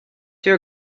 your